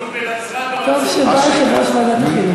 אני עונה לך על השאלה.